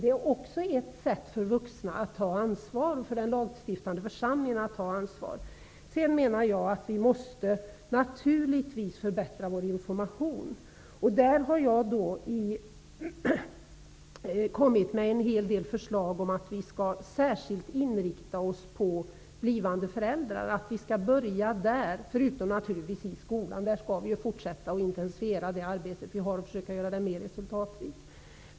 Det är också ett sätt för vuxna och för den lagstiftande församlingen att ta ansvar. Vi måste naturligtvis förbättra vår information. Jag har kommit med en hel del förslag om att vi särskilt skall inrikta oss på blivande föräldrar. Dessutom måste vi naturligtvis fortsätta och ytterligare intensifiera arbetet i skolan för att göra det mera resultatrikt.